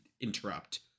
interrupt